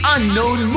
Unknown